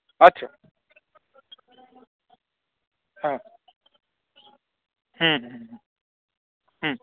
আচ্ছা হ্যাঁ হুম হুম হুম হুম